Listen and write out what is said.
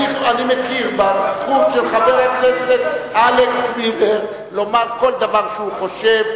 אני מכיר בזכות של חבר הכנסת אלכס מילר לומר כל דבר שהוא חושב,